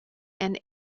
and